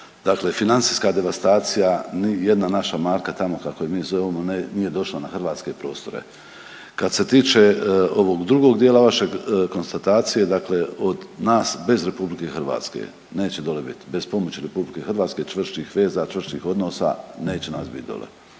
dakle financijska devastacija, nijedna naša marka tamo kako je mi zovemo nije došla na hrvatske prostore. Kad se tiče ovog drugog dijela vaše konstatacije, dakle od nas bez RH neće dole bit, bez pomoći RH, čvršćih veza, čvršćih odnosa neće nas bit dole.